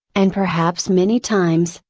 and perhaps many times,